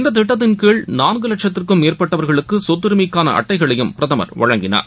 இந்ததிட்டத்தின் கீழ் நான்குவட்சத்திற்கும் மேற்பட்டவர்களுக்குசொத்தரிமைக்கானஅட்டைகளையும் பிரதமா் வழங்கினார்